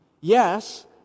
yes